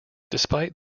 despite